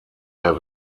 der